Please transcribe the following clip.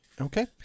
Okay